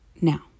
now